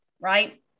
right